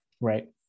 Right